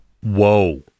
Whoa